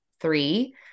three